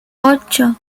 ocho